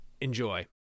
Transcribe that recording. Enjoy